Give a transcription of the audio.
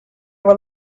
were